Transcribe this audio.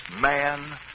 man